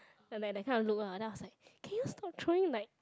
ya that that kind of look then I was like can you stop throwing like